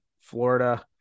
Florida